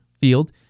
field